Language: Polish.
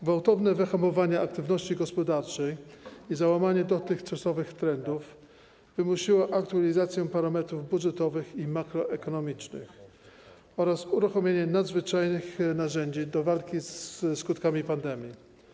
Gwałtowne wyhamowanie aktywności gospodarczej i załamanie dotychczasowych trendów wymusiło aktualizację parametrów budżetowych i makroekonomicznych oraz uruchomienie nadzwyczajnych narzędzi do walki ze skutkami pandemii.